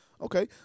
Okay